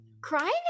crying